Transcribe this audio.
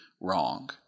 wrong